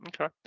Okay